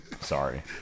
Sorry